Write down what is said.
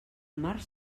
març